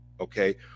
Okay